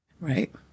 Right